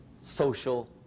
social